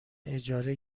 اجاره